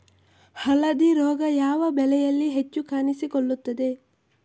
ಹಳದಿ ರೋಗ ಯಾವ ಬೆಳೆಯಲ್ಲಿ ಹೆಚ್ಚು ಕಾಣಿಸಿಕೊಳ್ಳುತ್ತದೆ?